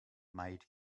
made